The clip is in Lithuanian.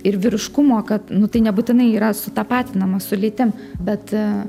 ir vyriškumo kad nu tai nebūtinai yra sutapatinama su lytim bet aaa